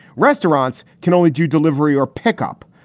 restaurants can only do delivery or pickup.